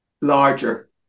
larger